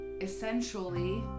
essentially